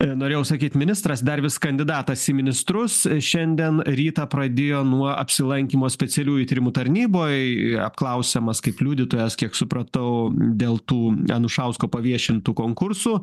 nenorėjau sakyti ministras dar vis kandidatas į ministrus šiandien rytą pradėjo nuo apsilankymo specialiųjų tyrimų tarnyboje apklausiamas kaip liudytojas kiek supratau dėl tų anušausko paviešintų konkursų